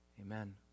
Amen